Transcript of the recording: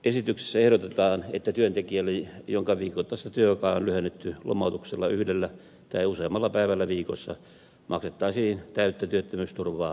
esityksessä ehdotetaan että työntekijälle jonka viikoittaista työaikaa on lyhennetty lomautuksella yhdellä tai useammalla päivällä viikossa maksettaisiin täyttä työttömyysturvaa lomautuspäiviltä